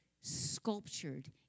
sculptured